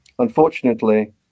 Unfortunately